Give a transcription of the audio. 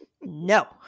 No